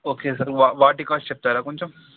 okay sir వా వాటి cost చెప్తారా కొంచెం